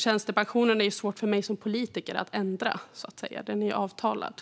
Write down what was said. Tjänstepensionen är det svårt för mig som politiker att ändra eftersom den är avtalsreglerad.